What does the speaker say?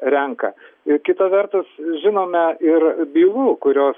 renka ir kita vertus žinome ir bylų kurios